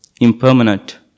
impermanent